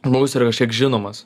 mums yra kažkiek žinomas